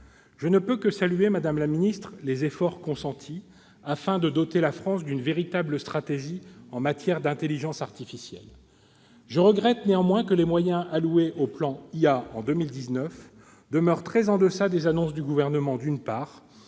Je ne peux que saluer, madame la ministre, les efforts consentis afin de doter la France d'une véritable stratégie en matière d'intelligence artificielle. Je regrette néanmoins que les moyens alloués au plan Intelligence artificielle en 2019 demeurent très en deçà des annonces gouvernementales, d'une part,